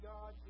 God